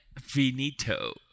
finito